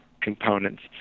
components